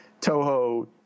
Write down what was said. Toho